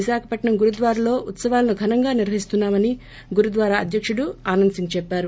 విశాఖపట్నం గురుద్వార లో ఉత్సవాలను ఘనంగా నిర్వహిస్తున్నామని గురుద్వార్ అధ్యకుడు ఆనంద్ సింగ్ చెప్పారు